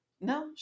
No